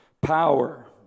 power